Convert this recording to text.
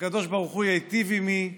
הקדוש ברוך הוא ייטיב עימי,